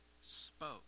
spoke